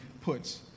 puts